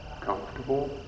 comfortable